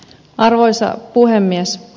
arvoisa puhemies